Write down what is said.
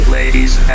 ladies